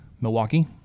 milwaukee